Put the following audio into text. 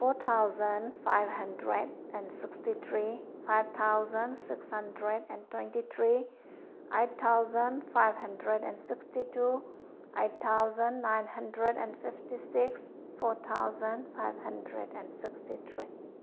four thousand five hundred and sixty three five thousand six hundred and twenty three eight thousand five hundred and sixty two eight thousand nine hundred and fifty six four thousand five hundred and sixty three